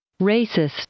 Racist